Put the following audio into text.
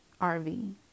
RV